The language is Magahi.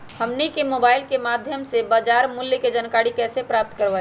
हमनी के मोबाइल के माध्यम से बाजार मूल्य के जानकारी कैसे प्राप्त करवाई?